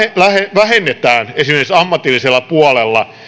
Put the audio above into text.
vähennetään esimerkiksi ammatillisella puolella